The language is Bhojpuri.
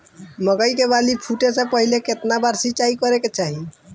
मकई के बाली फूटे से पहिले केतना बार सिंचाई करे के चाही?